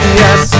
yes